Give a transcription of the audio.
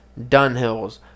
Dunhills